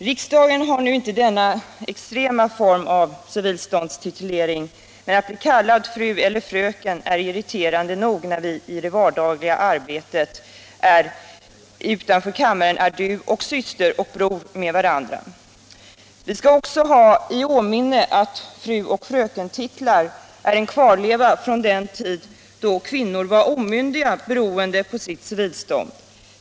Riksdagen har inte denna extrema form av civilståndstitulering, men att bli kallad fru eller fröken är irriterande nog när vi i det vardagliga arbetet utanför kammaren är du Vi skall också ha i minnet att fruoch frökentitlar är en kvarleva från den tid då kvinnor var omyndiga beroende på sitt civilstånd.